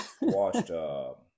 Watched